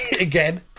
Again